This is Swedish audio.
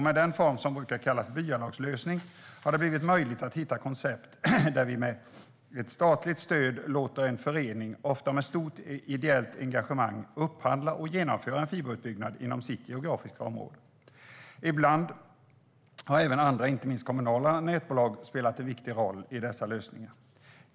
Med den form som brukar kallas byalagslösning har det blivit möjligt att hitta koncept där vi med ett statligt stöd låter en förening, ofta med stort ideellt engagemang, upphandla och genomföra en fiberutbyggnad inom sitt geografiska område. Ibland har även andra, inte minst kommunala nätbolag, spelat en viktig roll i dessa lösningar.